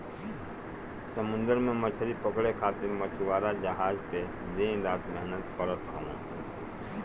समुंदर में मछरी पकड़े खातिर मछुआरा जहाज पे दिन रात मेहनत करत हवन